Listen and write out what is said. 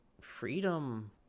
freedom